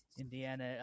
Indiana